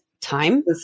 time